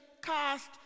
cast